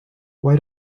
why